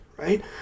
Right